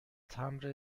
تمبر